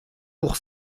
pour